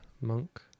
monk